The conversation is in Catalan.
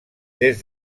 des